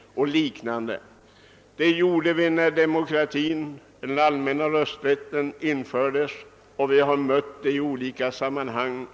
Det gjorde vi när den allmänna rösträtten infördes och det har vi gjort i olika andra sammanhang.